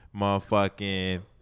motherfucking